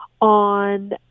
on